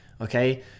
okay